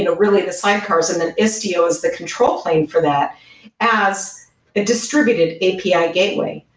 you know really the sidecars, and then istio is the control plane for that as the distributed api ah gateway.